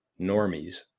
normies